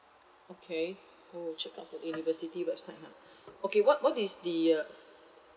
okay I will check out the university website lah okay what what is the uh